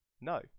No